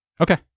Okay